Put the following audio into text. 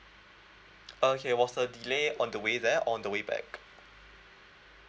okay was the delay on the way there or the way back